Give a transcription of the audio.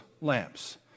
lamps